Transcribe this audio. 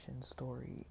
story